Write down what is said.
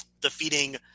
defeating